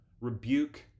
rebuke